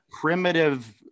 primitive